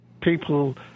people